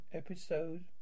episode